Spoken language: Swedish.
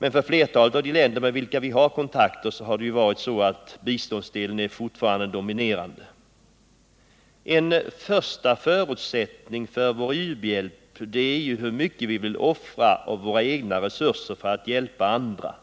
även om biståndsdelen när det gäller flertalet av de länder med vilka vi har kontakter fortfarande är dominerande. En första förutsättning för vår u-hjälp är hur mycket vi vill offra av våra egna resurser för att hjälpa andra.